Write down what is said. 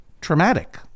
traumatic